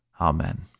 Amen